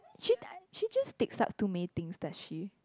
she t~ she just takes up too many things does she